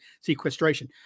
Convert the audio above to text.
sequestration